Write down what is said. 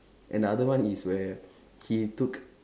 and the other one is where he took